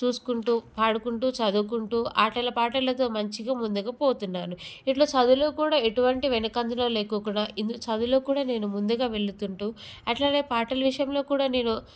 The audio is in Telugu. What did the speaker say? చూసుకుంటూ పాడుకుంటూ చదువుకుంటూ ఆటలపాటలతో మంచిగా ముందుకు పోతున్నాను ఇలా చదువులో కూడా ఎటువంటి వెనుకంజ లేకుండా ఇది చదువులో కూడా నేను ముందుగా వెళ్ళుతూ ఉంటూ అలానే పాటల విషయంలో కూడా నేను